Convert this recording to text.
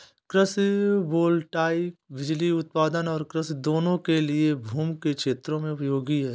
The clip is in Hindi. कृषि वोल्टेइक बिजली उत्पादन और कृषि दोनों के लिए भूमि के क्षेत्रों में उपयोगी है